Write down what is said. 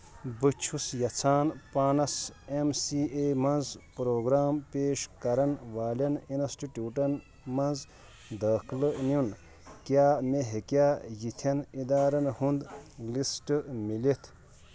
بہٕ چھُس یژھان پانَس ایٚم سی اے مَنٛز پروگرام پیش کرن والٮ۪ن انسٹِٹیوٗٹن مَنٛز دٲخلہ نیُن کیاہ مےٚ ہیٚکیا یِتھیٚن اِدارن ہُنٛد لسٹ مِلتھ؟